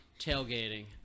Tailgating